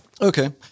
Okay